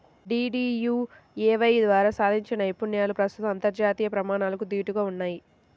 DDUAY ద్వారా సాధించిన నైపుణ్యాలు ప్రస్తుతం అంతర్జాతీయ ప్రమాణాలకు దీటుగా ఉన్నయ్